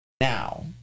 now